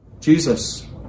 Jesus